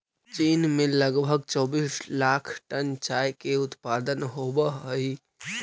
चीन में लगभग चौबीस लाख टन चाय के उत्पादन होवऽ हइ